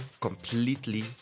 completely